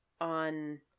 on